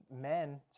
men